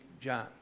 John